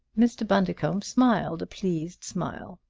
mr. bundercombe smiled a pleased smile.